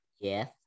Yes